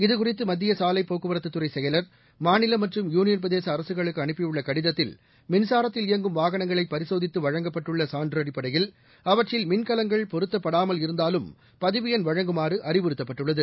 இதுகுறித்து மத்திய சாலை போக்குவரத்துத் துறை செயலர் மாநில மற்றும் யூனியன் பிரதேச அரசுகளுக்கு அனுப்பியுள்ள கடிதத்தில் மின்சாரத்தில் இயங்கும் வாகனங்களை பரிசோதித்து வழங்கப்பட்டுள்ள சான்று அடிப்படையில் அவற்றில் மின்கலங்கள் பொருத்தப்படாமல் இருந்தாலும் பதிவு எண் வழங்குமாறு அறிவுறுத்தப்பட்டுள்ளது